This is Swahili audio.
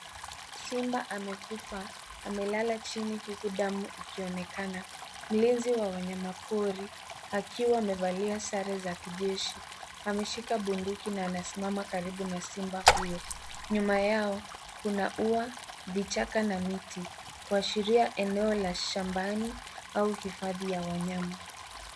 Simba amekufa. Amelala chini huku damu ikionekana. Mlinzi wa wanyama pori akiwa amevalia sare za kijeshi ameshika bunduki na anasimama karibu na simba huyo. Nyuma yao kuna ua, vichaka na miti kuashiria eneo la shambani au hifadhi la wanyama.